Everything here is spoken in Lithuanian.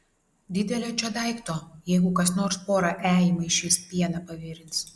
didelio čia daikto jeigu kas nors porą e įmaišys pieną pavirins